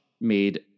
made